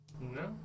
No